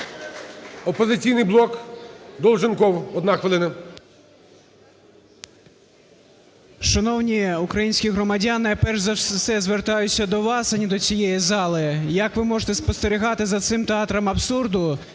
"Опозиційний блок", Долженков, 1 хвилина.